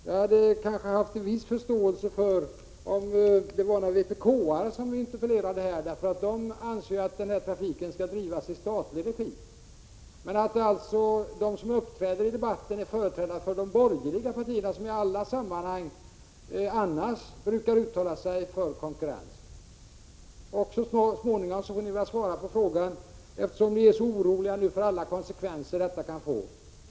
Jag hade kanske haft en viss förståelse för det hela om det varit någon vpk-are som hade interpellerat, för vpk anser ju att den här trafiken skall drivas i statlig regi. Men jag tycker det är märkligt att de som uppträder i debatten är företrädare för de borgerliga partierna, som eljest i alla sammanhang brukar uttala sig för konkurrens. Och så småningom får ni väl, eftersom ni nu är så oroliga för konsekvenserna härvidlag, svara på en fråga som kommer att ställas.